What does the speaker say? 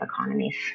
economies